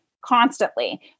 constantly